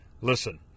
Listen